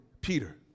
Peter